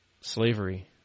slavery